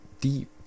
deep